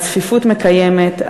על צפיפות מקיימת,